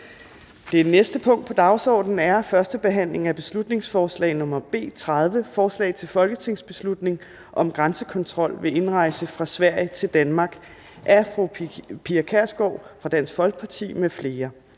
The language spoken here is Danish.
Det næste punkt på dagsordenen er: 2) 1. behandling af beslutningsforslag nr. B 30: Forslag til folketingsbeslutning om grænsekontrol ved indrejse fra Sverige til Danmark. Af Pia Kjærsgaard (DF) m.fl.